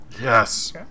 Yes